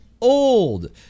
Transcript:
old